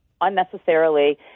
unnecessarily